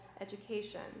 education